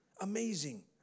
amazing